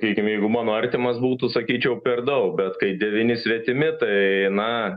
tarkime jeigu mano artimas būtų sakyčiau per daug bet kai devyni svetimi tai na